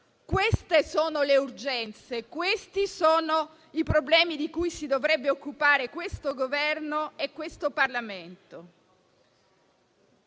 Queste sono le urgenze, questi sono i problemi di cui si dovrebbero occupare il Governo e il Parlamento.